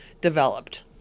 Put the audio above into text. developed